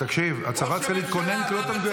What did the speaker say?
הצבא קובע?